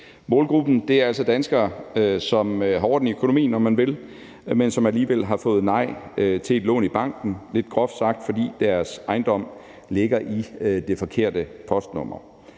Målgruppen er altså danskere, som har orden i økonomien, om man vil, men som alligevel har fået nej til et lån i banken, fordi deres ejendom lidt groft sagt ligger i det forkerte postnummer.